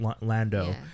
Lando